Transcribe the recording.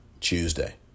Tuesday